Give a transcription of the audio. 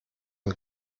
und